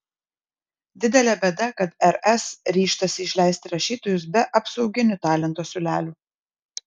didelė bėda kad rs ryžtasi išleisti rašytojus be apsauginių talento siūlelių